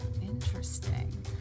interesting